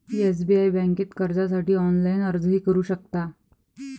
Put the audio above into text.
SBI बँकेत कर्जासाठी online अर्जही करू शकता